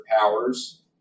powers